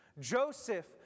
Joseph